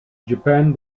japan